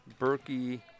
Berkey